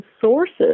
sources